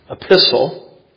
epistle